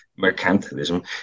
mercantilism